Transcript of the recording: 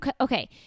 okay